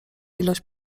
ilość